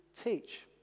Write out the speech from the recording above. teach